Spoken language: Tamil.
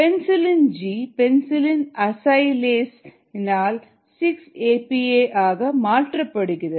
பென்சிலின் ஜி பெனிசிலின் அசைலேஸ் னால் 6 ஏ பி ஏ ஆக மாற்றப்படுகிறது